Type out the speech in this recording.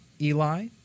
Eli